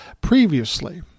previously